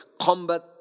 combat